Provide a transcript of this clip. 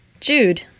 Jude